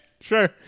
Sure